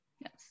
Yes